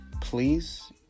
Please